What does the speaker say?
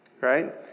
right